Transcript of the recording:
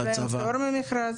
יש להם פטור ממכרז.